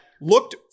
looked